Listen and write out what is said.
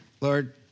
Lord